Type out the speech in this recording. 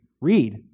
read